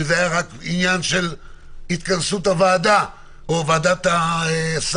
כשזה היה רק עניין של התכנסות הוועדה או ועדת השרים.